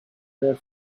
their